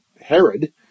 Herod